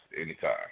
anytime